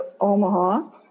Omaha